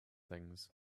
things